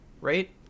right